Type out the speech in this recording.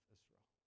Israel